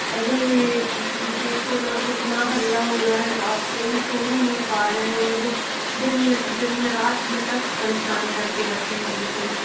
अरे दीदी देखो ना कितना हल्ला हो रहा है रात दिन सो ही नहीं पा रहे हैं ये लोग दिन मे तो दिन मे रात मे तक परेशान कर के रखे है बिल्कुल